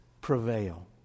prevail